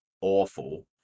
awful